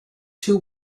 two